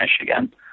Michigan